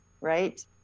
right